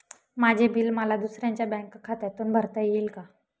माझे बिल मला दुसऱ्यांच्या बँक खात्यातून भरता येईल का?